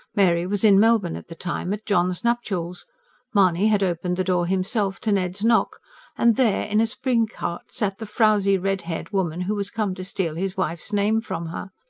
mary was in melbourne at the time, at john's nuptials mahony had opened the door himself to ned's knock and there, in a spring-cart, sat the frowsy, red-haired woman who was come to steal his wife's name from her.